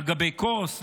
על גבי כוס,